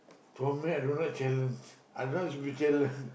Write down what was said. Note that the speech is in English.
for me I don't like challenge I don't like to be challenged